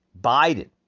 Biden